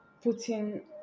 putting